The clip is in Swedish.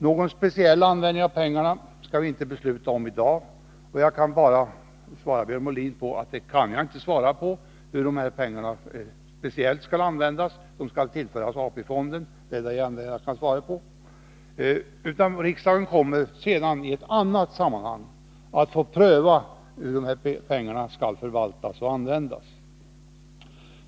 Någon speciell användning av pengarna skall vi inte besluta om i dag. Jag kan bara säga till Björn Molin att jag inte kan ange hur dessa pengar skall anges. Det enda jag kan säga är att de skall tillföras AP-fonden. Riksdagen kommer i annat sammanhang att få pröva hur pengarna skall förvaltas och användas.